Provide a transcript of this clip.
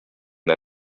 der